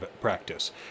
practice